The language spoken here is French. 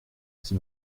c’est